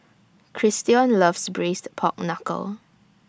Christion loves Braised Pork Knuckle